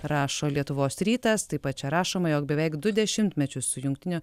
rašo lietuvos rytas taip pat čia rašoma jog beveik du dešimtmečius su jungtinių